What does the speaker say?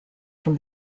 from